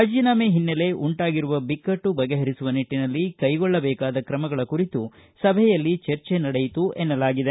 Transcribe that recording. ರಾಜೀನಾಮೆ ಹಿನ್ನೆಲೆ ಉಂಟಾಗಿರುವ ಬಿಕ್ಕಟ್ಟು ಬಗೆಹರಿಸುವ ನಿಟ್ಟನಲ್ಲಿ ಕೈಗೊಳ್ಳಬೇಕಾದ ಕ್ರಮಗಳ ಕುರಿತು ಸಭೆಯಲ್ಲಿ ಚರ್ಚೆ ನಡೆಯಿತು ಎನ್ನಲಾಗಿದೆ